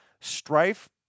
strife